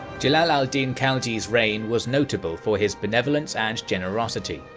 jalal al-din khalji's reign was notable for his benevolence and generosity,